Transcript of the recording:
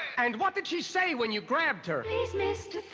and what did she say when you grabbed her? she's missed